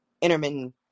intermittent